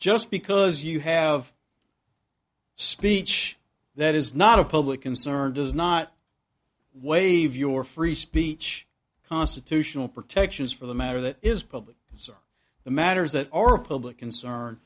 just because you have speech that is not a public concern does not waive your free speech constitutional protections for the matter that is public so the matters that are republican cern